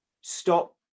Stop